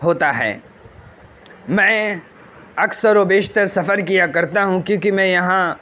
ہوتا ہے میں اكثر و بیشتر سفر کیا كرتا ہوں کیوںکہ میں یہاں